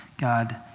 God